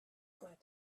glad